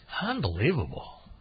Unbelievable